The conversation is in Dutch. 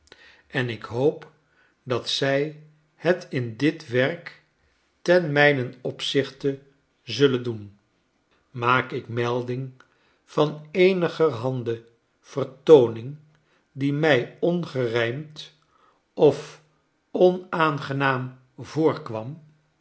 en ik hoop dat zij het in dit werk ten mijnen opzichte zullen doen maak ik melding van eenigerhande vertooning die mij ongerijmd of onaangenaam voorkwam